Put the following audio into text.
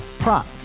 Prop